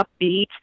upbeat